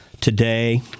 today